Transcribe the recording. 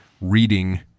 reading